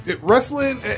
Wrestling